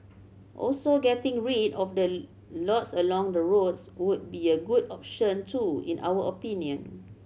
also getting rid of the lots along the roads would be a good option too in our opinion